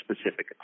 specific